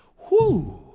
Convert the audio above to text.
whew!